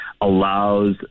allows